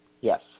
Yes